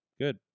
good